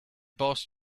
boss